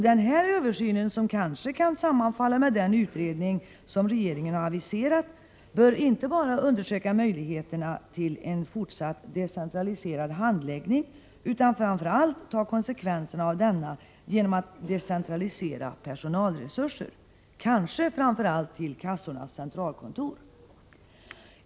Denna översyn, som kanske kan sammanfalla med den utredning som regeringen aviserat, bör inte bara undersöka möjligheterna till en fortsatt decentraliserad handläggning utan framför allt ta konsekvenserna av denna genom att decentralisera personalresurser — kanske främst till kassornas centralkontor.